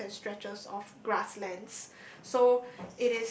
stretches and stretches of grasslands so